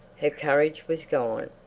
her courage was gone,